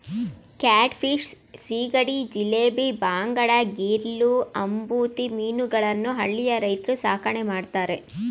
cat fish, ಸೀಗಡಿ, ಜಿಲೇಬಿ, ಬಾಂಗಡಾ, ಗಿರ್ಲೂ, ಅಂಬತಿ ಮೀನುಗಳನ್ನು ಹಳ್ಳಿಯ ರೈತ್ರು ಸಾಕಣೆ ಮಾಡ್ತರೆ